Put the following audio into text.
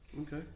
Okay